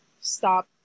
stop